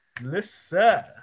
Listen